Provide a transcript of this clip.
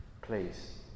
Please